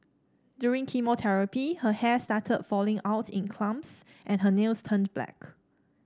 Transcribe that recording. during chemotherapy her hair started falling out in clumps and her nails turned black